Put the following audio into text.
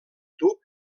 tub